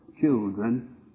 children